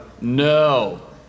No